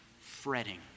fretting